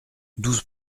douze